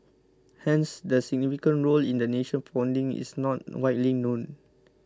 hence their significant role in the nation's founding is not widely known